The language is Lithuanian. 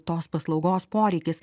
tos paslaugos poreikis